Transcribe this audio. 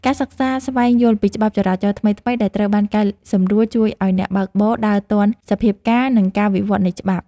ការសិក្សាស្វែងយល់ពីច្បាប់ចរាចរណ៍ថ្មីៗដែលត្រូវបានកែសម្រួលជួយឱ្យអ្នកបើកបរដើរទាន់សភាពការណ៍ និងការវិវត្តនៃច្បាប់។